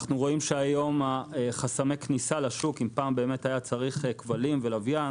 אנחנו רואים שהיום חסמי הכניסה לשוק אם פעם היה צריך כבלים ולוויין,